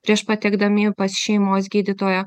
prieš patekdami pas šeimos gydytoją